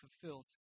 fulfilled